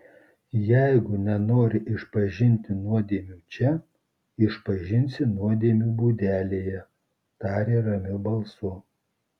jeigu nenori išpažinti nuodėmių čia išpažinsi nuodėmių būdelėje tarė ramiu balsu